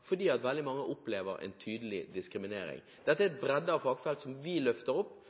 veldig mange opplever en tydelig diskriminering. Dette er en bredde av fagfelt som vi løfter opp